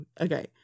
Okay